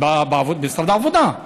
במשרד העבודה.